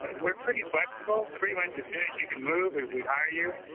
and we're pretty flexible. pretty much as soon as you can move, if we'd hire you.